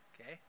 Okay